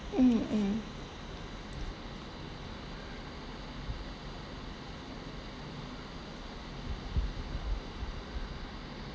mm mm